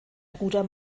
bruder